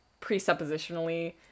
presuppositionally